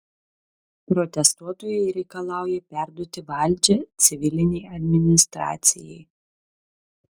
protestuotojai reikalauja perduoti valdžią civilinei administracijai